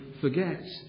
forget